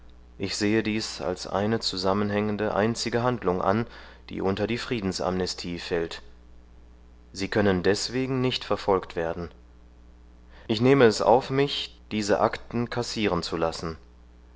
ich sehe dies als eine zusammenhängende einzige handlung an die unter die friedensamnestie fällt sie können deswegen nicht verfolgt werden ich nehme es auf mich diese akten kassieren zu lassen